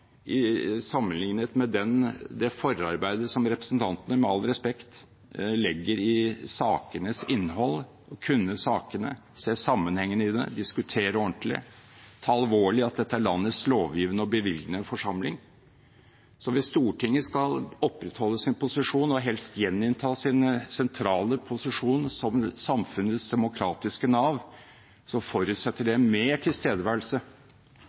budskap sammenlignet med det forarbeidet som representantene, med all respekt, legger i sakenes innhold – det å kunne sakene, se sammenhengene, diskutere ordentlig og ta alvorlig at dette er landets lovgivende og bevilgende forsamling. Hvis Stortinget skal opprettholde sin posisjon og helst gjeninnta sin sentrale posisjon som samfunnets demokratiske nav, forutsetter det mer tilstedeværelse